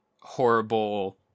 horrible